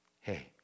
Hey